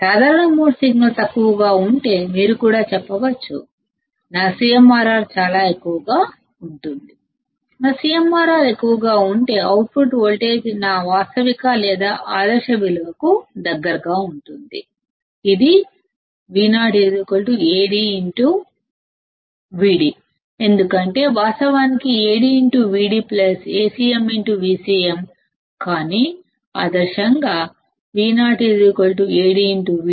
common mode signal తక్కువగా ఉంటే నా CMRR చాలా ఎక్కువగా ఉంటుంది అని కూడా మీరు చెప్పవచ్చు ఒకవేళ నా CMRR ఎక్కువగా ఉంటే అవుట్పుట్ వోల్టేజ్ నా వాస్తవిక లేదా ఐడియల్ విలువకు దగ్గరగా ఉంటుంది ఇది VoAdVd ఎందుకంటే వాస్తవానికి VoAdVdAcmVcm కానీ ఐడియల్ గా Vo AdVd